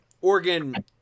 Oregon